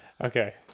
okay